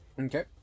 Okay